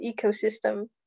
ecosystem